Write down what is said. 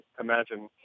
imagine